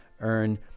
earn